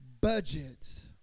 Budget